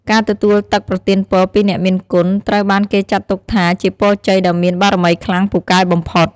ការទទួលទឹកប្រទានពរពីអ្នកមានគុណត្រូវបានគេចាត់ទុកថាជាពរជ័យដ៏មានបារមីខ្លាំងពូកែបំផុត។